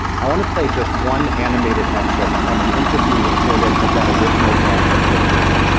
i want to play just one animated excerpt from an interview recorded at that original grand central booth.